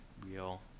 real